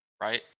right